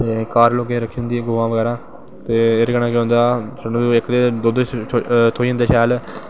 ते घर लोकें रक्खी दियां होंदियां गवां बगैरा ते एह्ॅदे कन्ेनैं केह् होंदा कि इक ते दुध्द थ्होई जंदा शैल